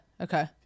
okay